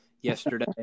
yesterday